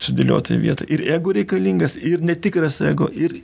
sudėliota į vietą ir jeigu reikalingas ir netikras ego ir